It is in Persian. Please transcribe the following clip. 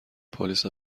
پلیس